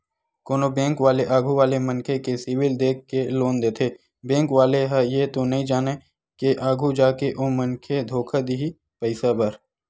कोनो बेंक वाले आघू वाले मनखे के सिविल देख के लोन देथे बेंक वाले ह ये तो नइ जानय के आघु जाके ओ मनखे धोखा दिही पइसा बर